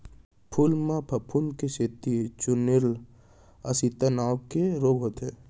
फूल म फफूंद के सेती चूर्निल आसिता नांव के रोग होथे